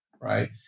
right